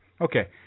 Okay